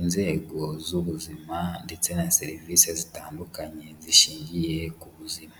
inzego z'ubuzima ndetse na serivisi zitandukanye zishingiye ku buzima.